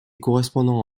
correspondant